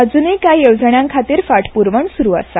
अज्नूय कांय येवजण्यां खातीर फाटप्रवण स्रू आसा